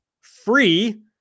free